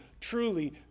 truly